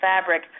fabric